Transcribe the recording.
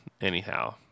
Anyhow